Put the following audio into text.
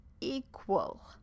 Equal